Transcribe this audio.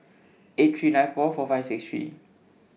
eight three nine four four five six three